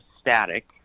static